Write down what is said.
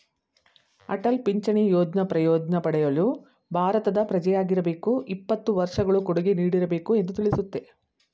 ಅಟಲ್ ಪಿಂಚಣಿ ಯೋಜ್ನ ಪ್ರಯೋಜ್ನ ಪಡೆಯಲು ಭಾರತದ ಪ್ರಜೆಯಾಗಿರಬೇಕು ಇಪ್ಪತ್ತು ವರ್ಷಗಳು ಕೊಡುಗೆ ನೀಡಿರಬೇಕು ಎಂದು ತಿಳಿಸುತ್ತೆ